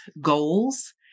goals